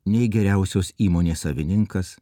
nei geriausios įmonės savininkas